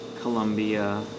Colombia